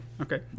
Okay